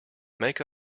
make